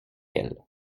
elle